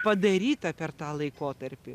padaryta per tą laikotarpį